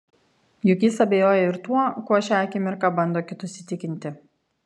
juk jis abejoja ir tuo kuo šią akimirką bando kitus įtikinti